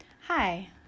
Hi